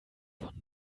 von